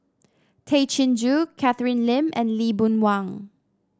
Tay Chin Joo Catherine Lim and Lee Boon Wang